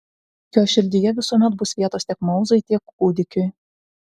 jo širdyje visuomet bus vietos tiek mauzai tiek kūdikiui